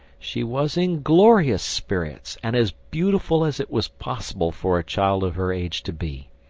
she was in glorious spirits, and as beautiful as it was possible for a child of her age to be.